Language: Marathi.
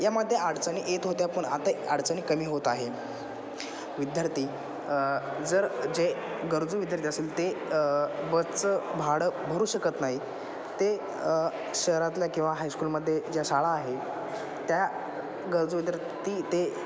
यामध्ये अडचणी येत होत्या पण आता अडचणी कमी होत आहे विद्यार्थी जर जे गरजू विद्यार्थी असेल ते बअचं भाडं भरू शकत नाही ते शहरातल्या किंवा हायस्कूलमध्ये ज्या शाळा आहे त्या गरजू विद्यार्थी ते